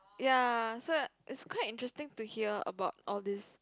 ya so uh it's quite interesting to hear about all this